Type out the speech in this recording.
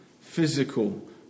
physical